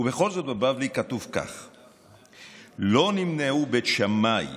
ובכל זאת, בבבלי כתוב כך: "לא נמנעו בית שמאי